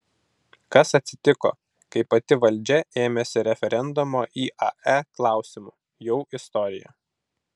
kas atsitiko kai pati valdžia ėmėsi referendumo iae klausimu jau istorija